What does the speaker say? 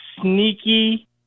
sneaky